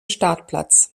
startplatz